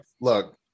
Look